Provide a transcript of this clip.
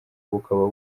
bukaba